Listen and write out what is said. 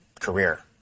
career